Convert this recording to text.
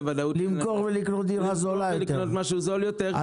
למכור ולקנות דירה זולה יותר כי אין לנו.